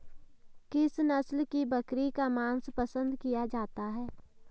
किस नस्ल की बकरी का मांस पसंद किया जाता है?